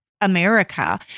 America